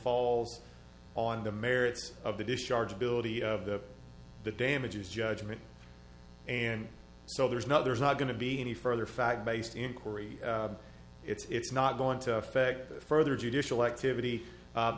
falls on the merits of the discharge ability of the the damages judgment and so there's no there's not going to be any further fact based inquiry it's not going to affect the further judicial activity